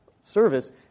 service